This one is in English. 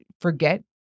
forget